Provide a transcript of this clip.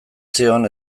zion